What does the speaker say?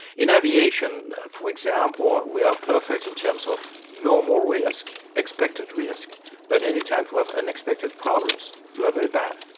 in aviation for example we are perfect in terms of normal risk, expected risk but any time you have unexpected problems we are very bad.